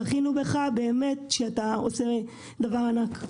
זכינו בך שאתה עושה דבר ענק.